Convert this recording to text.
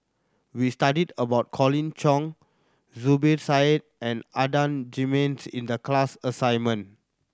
we studied about Colin Cheong Zubir Said and Adan Jimenez in the class assignment